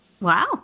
Wow